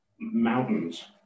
mountains